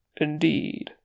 Indeed